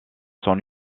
son